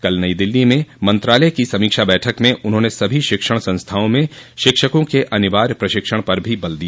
कल नई दिल्ली में मंत्रालय की समीक्षा बैठक में उन्होंने सभी शिक्षण संस्थाओं में शिक्षकों के अनिवार्य प्रशिक्षण पर भी जोर दिया